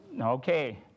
Okay